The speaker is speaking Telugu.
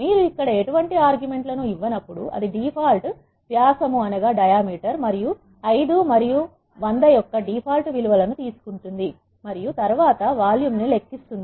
మీరు ఇక్కడ ఎటువంటి ఆర్గ్యుమెంట్ లను ఇవ్వనప్పుడు అది డిఫాల్ట్ వ్యాసము మరియు 5 మరియు 100 యొక్క డిఫాల్ట్ విలు వలను తీసుకుంటుంది మరియు తరువాత వాల్యూమ్ ను లెక్కిస్తుంది